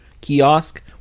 kiosk